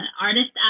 artist